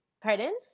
pardon